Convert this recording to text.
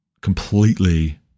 completely